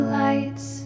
lights